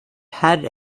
head